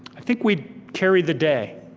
i think we'd carry the day.